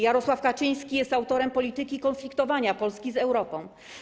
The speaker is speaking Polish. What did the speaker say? Jarosław Kaczyński jest autorem polityki konfliktowania Polski z Europą.